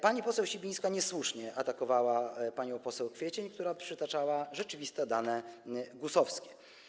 Pani poseł Sibińska niesłusznie atakowała panią poseł Kwiecień, która przytaczała rzeczywiste dane GUS.